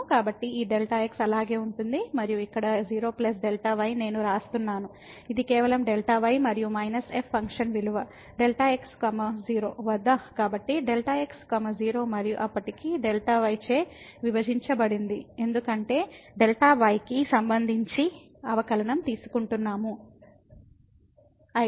కాబట్టి ఈ Δx అలాగే ఉంటుంది మరియు ఇక్కడ 0 Δy నేను వ్రాస్తున్నాను ఇది కేవలం Δy మరియు మైనస్ f ఫంక్షన్ విలువ Δx 0 వద్ద కాబట్టి Δx 0 మరియు అప్పటికి Δ y చే విభజించబడింది ఎందుకంటే Δy కి సంబంధించి అవకలనం తీసుకుంటున్నాము